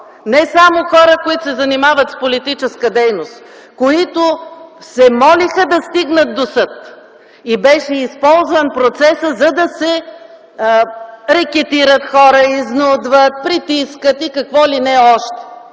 не само хора, които се занимават с политическа дейност, които се молеха да стигнат до съд и беше използван процесът, за да се рекетират хора, да се изнудват, притискат и какво ли още